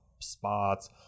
spots